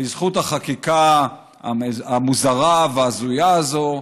בזכות החקיקה המוזרה וההזויה הזאת,